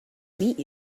meet